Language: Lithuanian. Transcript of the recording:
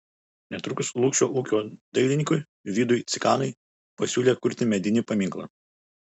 netrukus lukšių ūkio dailininkui vidui cikanai pasiūlė kurti medinį paminklą